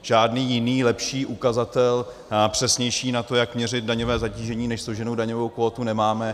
Žádný jiný, lepší ukazatel a přesnější na to, jak měřit daňové zatížení, než složenou daňovou kvótu nemáme.